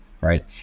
Right